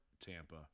Tampa